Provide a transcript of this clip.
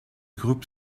groupe